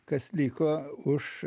kas liko už